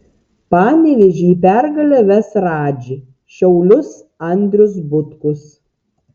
panevėžį į pergalę ves radži šiaulius andrius butkus